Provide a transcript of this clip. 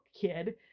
kid